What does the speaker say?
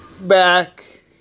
back